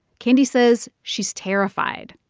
candy says she's terrified.